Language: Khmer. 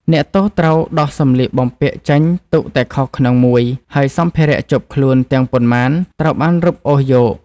អ្នកទោសត្រូវដោះសម្លៀកបំពាក់ចេញទុកតែខោក្នុងមួយ ហើយសម្ភារៈជាប់ខ្លួន ទាំងប៉ុន្មានត្រូវបានរឹបអូសយក។